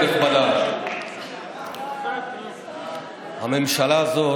נכבדה, הממשלה הזו